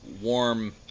warm